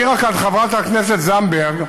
העירה כאן חברת הכנסת זנדברג,